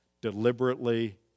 deliberately